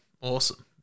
Awesome